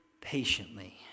patiently